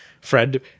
Fred